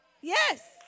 Yes